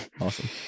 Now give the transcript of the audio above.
awesome